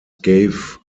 gave